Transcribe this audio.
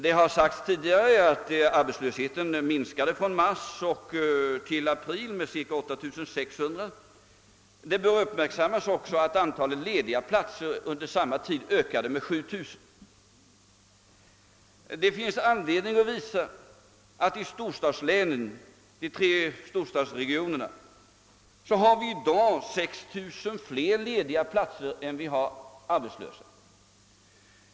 Det har sagts tidigare att arbetslösheten minskade från mars till april med cirka 8 600. Det bör uppmärksammas att antalet 1ediga platser under samma tid ökade med 7 000. Det är anledning att framhålla att i de tre storstadsregionerna finns i mitten av april 6 000 fler lediga platser än arbetslösa.